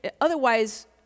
otherwise